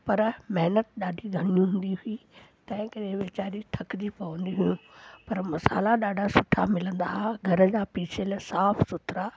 त पर महिनत ॾाढी घणी हूंदी हुई तंहिं करे वीचारियूं थकजी पवंदियूं हुयूं पर मसाला ॾाढा सुठा मिलंदा हुआ घर जा पीसियल साफ़ सुथिरा